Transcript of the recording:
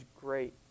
great